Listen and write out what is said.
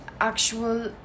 actual